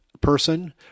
person